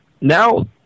Now